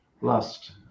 lust